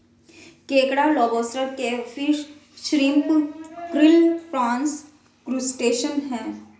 केकड़ा lobster crayfish shrimp krill prawns crustacean है